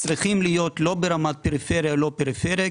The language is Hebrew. לא צריכים להיות ברמת פריפריה או לא פריפריה,